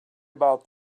about